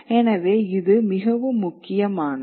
எனவே இது மிகவும் முக்கியமானது